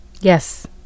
Yes